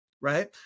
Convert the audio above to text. Right